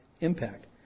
impact